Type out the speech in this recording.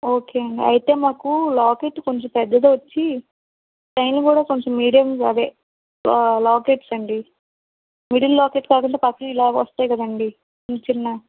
okay అండీ అయితే మాకు లాకెట్టు కొంచం పెద్దదొచ్చి చైన్ కూడా కొంచం మీడియం అదే లాకెట్స్ అండీ మిడిల్ లాకెట్ లాగా పక్కన ఇలా వస్తాయి కదండీ చిన్న చిన్న